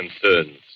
concerns